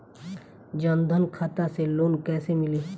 जन धन खाता से लोन कैसे मिली?